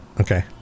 okay